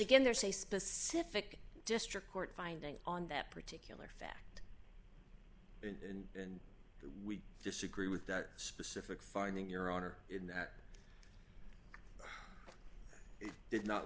again there's a specific district court finding on that particular fact and we disagree with that specific finding your honor in that he did not